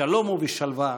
בשלום ובשלווה,